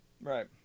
Right